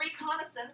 reconnaissance